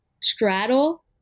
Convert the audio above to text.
straddle